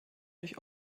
durch